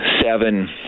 seven